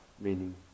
meaning